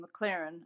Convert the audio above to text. McLaren